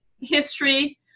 history